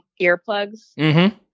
earplugs